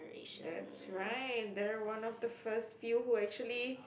that's right they're one of the first few who actually